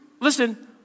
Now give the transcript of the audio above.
listen